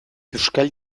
euskal